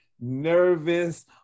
nervous